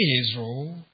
Israel